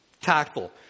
tactful